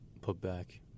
Put-back